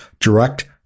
direct